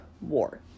war